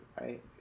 right